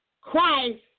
Christ